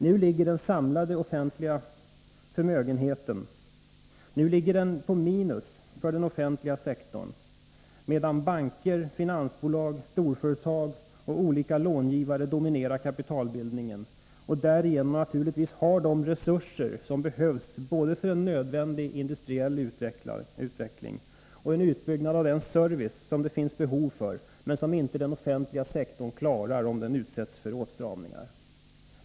Nu ligger den offentliga sektorn på minus medan banker, finansbolag, storföretag och olika långivare dominerar kapitalbildningen och därigenom naturligtvis har de resurser som behövs både för en nödvändig industriell utveckling och för en utbyggnad av den service som det finns behov av men som den offentliga sektorn inte klarar när den drabbas av åtstramningar.